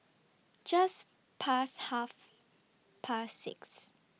Just Past Half Past six